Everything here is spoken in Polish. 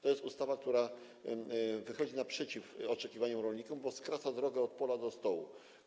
To jest ustawa, która wychodzi naprzeciw oczekiwaniom rolników, bo skraca drogę od pola do stołu.